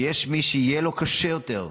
ויש מי שיהיה לו קשה יותר.